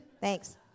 Thanks